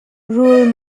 rul